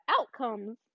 outcomes